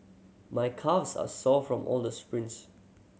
my calves are sore from all the sprints